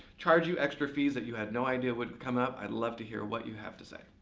charge you extra fees that you had no idea would come up? i'd love to hear what you have to say.